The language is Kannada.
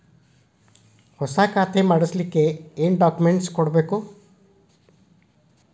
ಹೊಸ ಖಾತೆ ಮಾಡಿಸಲು ಏನು ಡಾಕುಮೆಂಟ್ಸ್ ಕೊಡಬೇಕು?